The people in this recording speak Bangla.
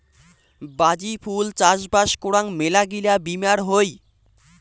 বাজি ফুল চাষবাস করাং মেলাগিলা বীমার হই